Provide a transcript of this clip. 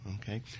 okay